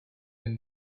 been